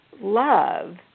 love